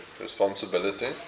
Responsibility